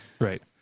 Right